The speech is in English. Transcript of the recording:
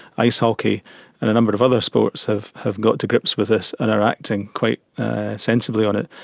ice hockey and a number of other sports have have got to grips with this and are acting quite sensibly on it.